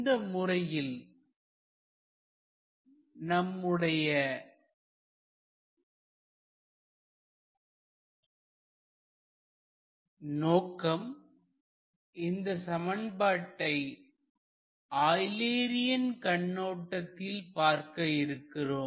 இந்த முறையில் நம்முடைய நோக்கம் இந்த சமன்பாட்டை ஆய்லெரியன் கண்ணோட்டத்தில் பார்க்க இருக்கிறோம்